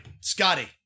Scotty